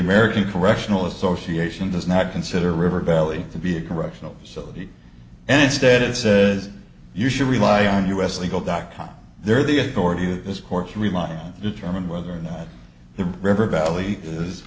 american correctional association does not consider river valley to be a correctional facility and instead it says you should rely on us legal dot com they're the authority that is courts rely on determine whether or not the river valley is